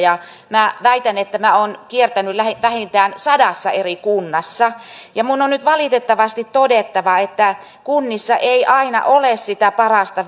minä väitän että minä olen kiertänyt vähintään sadassa eri kunnassa ja minun on nyt valitettavasti todettava että kunnissa ei aina ole sitä parasta